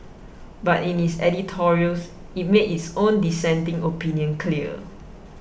but in its editorials it made its own dissenting opinion clear